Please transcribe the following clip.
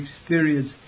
experience